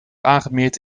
aangemeerd